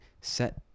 set